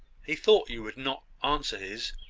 he thought you would not answer his.